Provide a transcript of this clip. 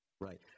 right